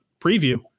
preview